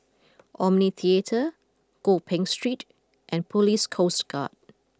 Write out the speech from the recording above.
Omni Theatre Gopeng Street and Police Coast Guard